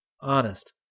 Honest